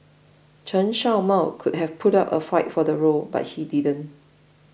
Chen Show Mao could have put up a fight for the role but he didn't